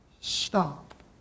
stop